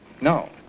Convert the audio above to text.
No